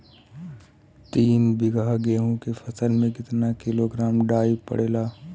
तीन बिघा गेहूँ के फसल मे कितना किलोग्राम डाई पड़ेला?